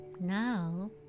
Now